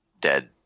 dead